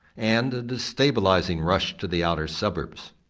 and a destabilising rush to the outer suburbs.